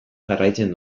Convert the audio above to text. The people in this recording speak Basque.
jarraitzen